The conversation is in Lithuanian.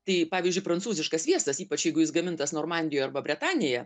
tai pavyzdžiui prancūziškas sviestas ypač jeigu jis gamintas normandijoje arba bretanėje